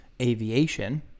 aviation